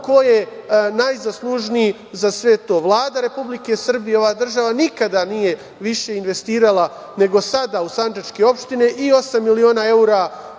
ko je najzaslužniji za sve to. Vlada Republike Srbije, ova država nikada nije više investirala nego sada u Sandžačke opštine. Osam miliona evra